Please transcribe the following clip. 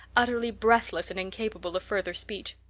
utterly breathless and incapable of further speech.